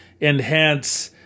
enhance